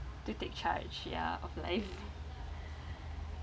to take charge ya of life